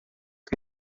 que